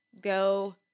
go